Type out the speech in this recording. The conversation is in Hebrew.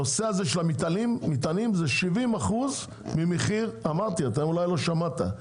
הנושא של המטענים זה 70% מהמחיר של התרנגולות,